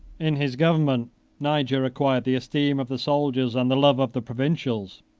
in his government niger acquired the esteem of the soldiers and the love of the provincials.